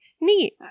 neat